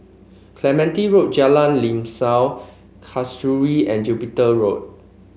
Clementi Road Jalan Limau Kasturi and Jupiter Road